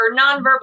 nonverbal